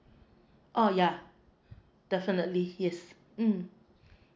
oh yeah definitely yes mm